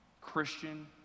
Christian